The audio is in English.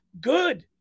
good